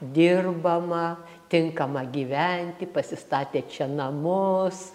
dirbamą tinkamą gyventi pasistatė čia namus